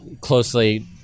closely